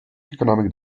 economic